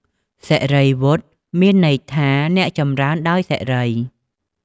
សិរីវុឌ្ឍ មានន័យថា អ្នកចម្រីនដោយសិរី។